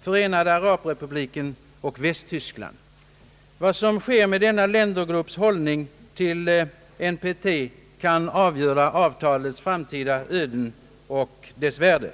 Förenade arabrepubliken och Västtyskland. Vad som sker med denna ländergrupps hållning till NPT kan avgöra avtalets framtida öde och dess värde.